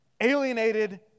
alienated